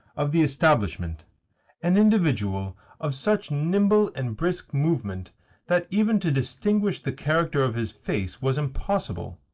of the establishment an individual of such nimble and brisk movement that even to distinguish the character of his face was impossible.